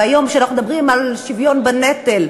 והיום כשאנחנו מדברים על שוויון בנטל,